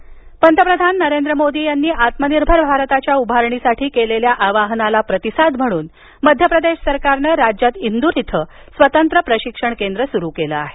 हस्तकला केंद्र पंतप्रधान नरेंद्र मोदी यांनी आत्मनिर्भर भारताच्या उभारणीसाठी केलेल्या आवाहनाला प्रतिसाद म्हणून मध्य प्रदेश सरकारनं राज्यात इंदूर इथं स्वतंत्र प्रशिक्षण केंद्र सुरू केलं आहे